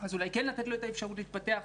אז אולי כן לתת לו את האפשרות להתפתח.